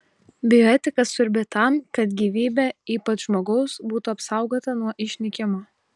bioetika svarbi tam kad gyvybė ypač žmogaus būtų apsaugota nuo išnykimo